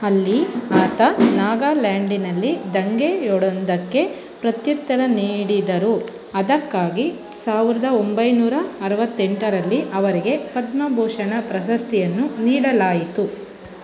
ಅಲ್ಲಿ ಆತ ನಾಗಾಲ್ಯಾಂಡಿನಲ್ಲಿ ದಂಗೆಯೊಂದಕ್ಕೆ ಪ್ರತ್ಯುತ್ತರ ನೀಡಿದರು ಅದಕ್ಕಾಗಿ ಸಾವಿರದ ಒಂಬೈನೂರ ಅರವತ್ತೆಂಟರಲ್ಲಿ ಅವರಿಗೆ ಪದ್ಮಭೂಷಣ ಪ್ರಶಸ್ತಿಯನ್ನು ನೀಡಲಾಯಿತು